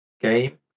game